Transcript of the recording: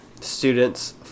students